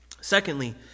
Secondly